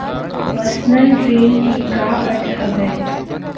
Personal ऋण के का अर्थ हवय?